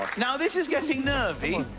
now, this is getting nervy.